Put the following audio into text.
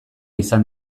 izan